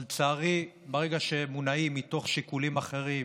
אבל לצערי, ברגע שמונעים מתוך שיקולים אחרים,